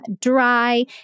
dry